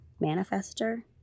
manifester